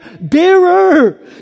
bearer